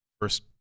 first